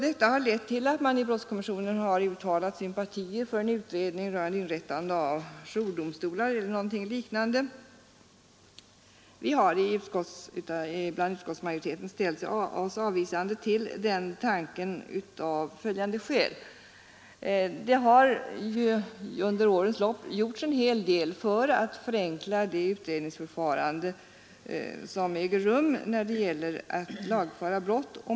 Detta har lett till att man i brottskommissionen har uttalat sympatier för en utredning rörande inrättande av jourdomstolar eller något liknande. Vi har i utskottsmajoriteten ställt oss avvisande till den tanken av följande skäl. Det har ju under årens lopp gjorts en hel del för att förenkla det utredningsförfarande som äger rum när det gäller att lagföra brott.